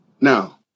Now